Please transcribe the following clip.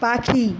পাখি